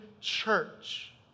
church